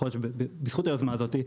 בזכות היוזמה הזאת,